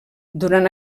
durant